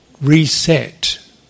reset